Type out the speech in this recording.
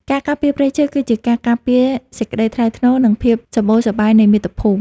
ការការពារព្រៃឈើ គឺជាការការពារសេចក្តីថ្លៃថ្នូរ និងភាពសម្បូរសប្បាយនៃមាតុភូមិ។